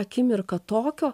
akimirką tokio